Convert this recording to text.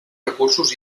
recursos